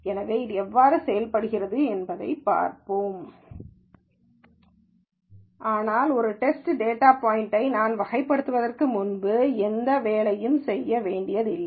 எனவே அது எவ்வாறு செய்யப்படுகிறது என்பதைப் பார்ப்போம் ஆனால் ஒரு டெஸ்ட் டேட்டா பாய்ன்ட்யை நான் வகைப்படுத்துவதற்கு முன்பு எந்த வேலையும் செய்ய வேண்டியதில்லை